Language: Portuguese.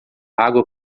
água